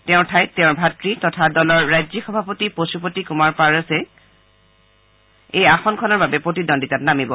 তেওঁৰ ঠাইত তেওঁৰ ভাত় তথা দলৰ ৰাজ্যিক সভাপতি পশুপতি কুমাৰ পাৰসেক এই আসনখনৰ বাবে প্ৰতিদ্বন্দ্বিতাত নামিব